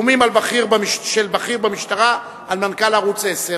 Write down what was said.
איומים של בכיר במשטרה על מנכ"ל ערוץ-10.